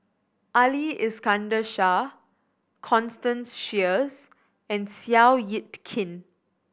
Ali Iskandar Shah Constance Sheares and Seow Yit Kin